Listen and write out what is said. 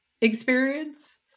experience